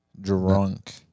Drunk